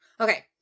okay